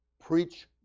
preach